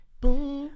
Boom